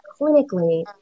clinically